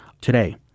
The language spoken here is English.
today